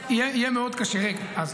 ויהיה מאוד מאוד קשה --- באיזה אופן?